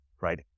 right